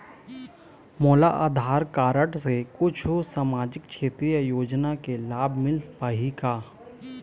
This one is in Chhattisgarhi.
मोला आधार कारड से कुछू सामाजिक क्षेत्रीय योजना के लाभ मिल पाही का?